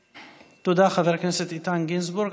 תודה, חבר הכנסת איתן גינזבורג.